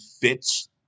fits